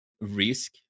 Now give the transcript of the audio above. Risk